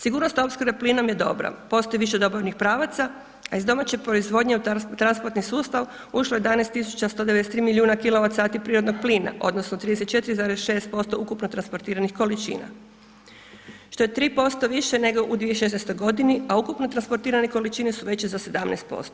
Sigurnost opskrbe plinom je dobra, postoji više dobavnih pravaca a iz domaće proizvodnje u transportirani sustav ušlo je 11 tisuća 193. milijuna kilovacati prirodnog plina, odnosno 34,6% ukupno transportiranih količina što je 3% više nego u 2016. godini a ukupno transportirane količine su veće za 17%